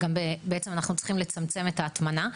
בעצם אנחנו צריכים לצמצם את ההטמנה.